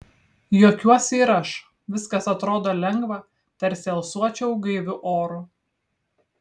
juokiuosi ir aš viskas atrodo lengva tarsi alsuočiau gaiviu oru